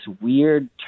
weird